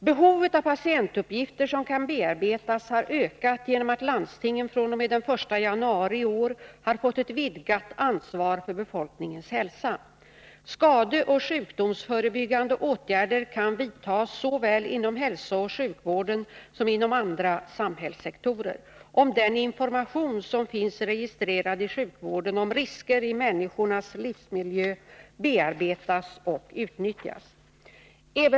Behovet av patientuppgifter som kan bearbetas har ökat genom att landstingen fr.o.m. den 1 januari i år har fått ett vidgat ansvar för befolkningens hälsa. Skadeoch sjukdomsförebyggande åtgärder kan vidtas såväl inom hälsooch sjukvården som inom andra samhällssektorer, om den information som finns registrerad i sjukvården om risker i människornas livsmiljö bearbetas och utnyttjas.